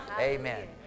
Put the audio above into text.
Amen